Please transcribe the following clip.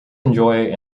enjoy